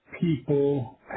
people